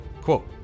Quote